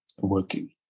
working